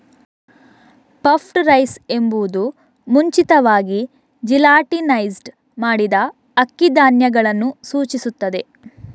puffed rice ಎಂಬುದು ಮುಂಚಿತವಾಗಿ gelatinised ಮಾಡಿದ ಅಕ್ಕಿ ಧಾನ್ಯಗಳನ್ನು ಸೂಚಿಸುತ್ತದೆ